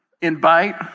invite